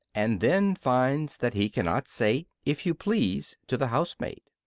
and then finds that he cannot say if you please to the housemaid.